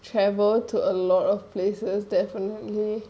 travel to a lot of places definitely